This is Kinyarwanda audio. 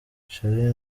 chiellini